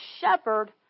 shepherd